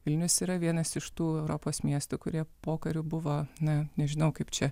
vilnius yra vienas iš tų europos miestų kurie pokariu buvo na nežinau kaip čia